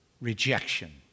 rejection